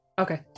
Okay